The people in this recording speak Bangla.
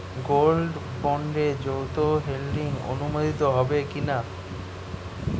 গোল্ড বন্ডে যৌথ হোল্ডিং অনুমোদিত হবে কিনা?